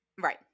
Right